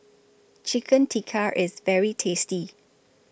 Chicken Tikka IS very tasty